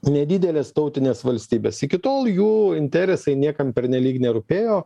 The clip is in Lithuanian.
nedidelės tautinės valstybės iki tol jų interesai niekam pernelyg nerūpėjo